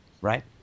right